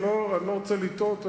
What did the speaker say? אני לא רוצה לטעות,